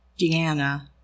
Deanna